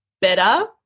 better